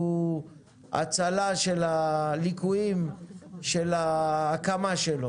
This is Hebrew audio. הוא הצלה של הליקויים של ההקמה שלו